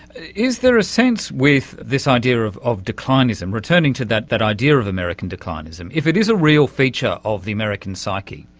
is there a sense with this idea of of declinism, returning to that that idea of american declinism, if it is a real feature of the american psyche,